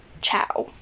Ciao